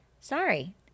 Sorry